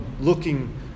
looking